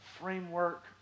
framework